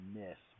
miss